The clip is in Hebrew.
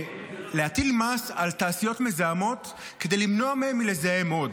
להטיל מס על תעשיות מזהמות כדי למנוע מהן מלזהם עוד,